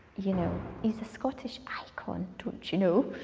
you know. he's a scottish icon, don't you know?